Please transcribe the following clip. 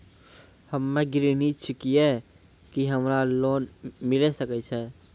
हम्मे गृहिणी छिकौं, की हमरा लोन मिले सकय छै?